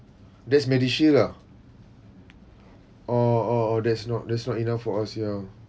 that's MediShield ah oh oh oh that's not that's not enough for us ya